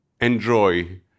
enjoy